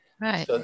Right